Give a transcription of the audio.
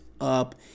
up